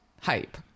hype